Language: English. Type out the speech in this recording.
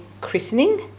christening